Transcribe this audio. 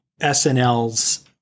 SNL's